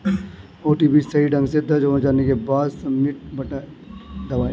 OTP सही ढंग से दर्ज हो जाने के बाद, सबमिट बटन दबाएं